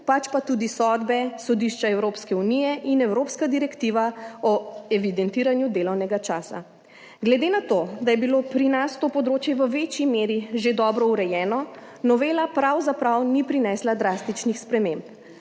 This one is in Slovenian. pač pa tudi sodbe Sodišča Evropske unije in Evropska direktiva o evidentiranju delovnega časa. Glede na to, da je bilo pri nas to področje v večji meri že dobro urejeno, novela pravzaprav ni prinesla drastičnih sprememb.